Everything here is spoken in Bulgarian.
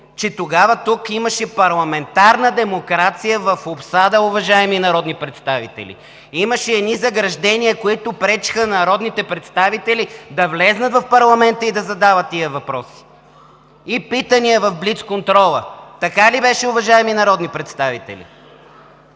че тогава тук имаше парламентарна демокрация в обсада, уважаеми народни представители! Имаше едни заграждения, които пречеха на народните представители да влязат в парламента и да задават тези въпроси и питания в блицконтрола. Така ли беше, уважаеми народни представители?